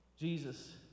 jesus